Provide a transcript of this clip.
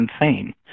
insane